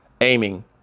aiming